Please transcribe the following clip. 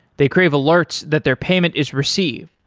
they crave alerts that their payment is received.